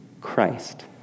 Christ